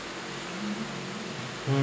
mm